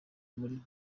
muri